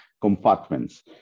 Compartments